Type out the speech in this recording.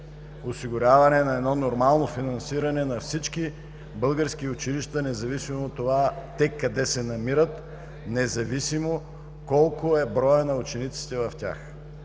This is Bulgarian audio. осигуряване на едно нормално финансиране на всички български училища, независимо от това, те къде се намират, независимо колко е броят на учениците в тях.